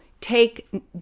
take